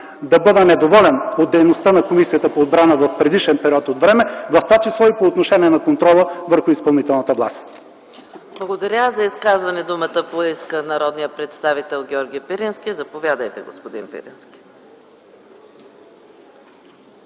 да бъда недоволен от дейността на Комисията по отбрана в предишен период от време, в това число и по отношение на контрола върху изпълнителната власт. ПРЕДСЕДАТЕЛ ЕКАТЕРИНА МИХАЙЛОВА: Благодаря. За изказване думата поиска народният представител Георги Пирински. Заповядайте, господин Пирински.